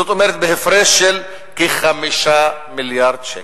זאת אומרת בהפרש של כ-5 מיליארד שקלים.